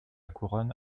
couronne